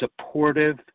supportive